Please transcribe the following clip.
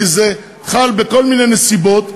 כי זה חל בכל מיני נסיבות,